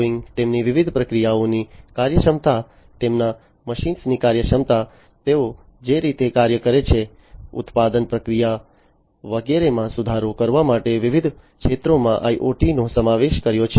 બોઇંગે તેમની વિવિધ પ્રક્રિયાઓની કાર્યક્ષમતા તેમના મશીનોની કાર્યક્ષમતા તેઓ જે રીતે કાર્ય કરે છે ઉત્પાદન પ્રક્રિયા વગેરેમાં સુધારો કરવા માટે વિવિધ ક્ષેત્રોમાં IoT નો સમાવેશ કર્યો છે